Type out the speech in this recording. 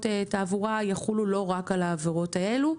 תעבורה יחולו לא רק על העבירות האלו.